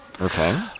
Okay